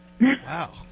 Wow